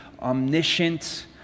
omniscient